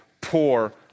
poor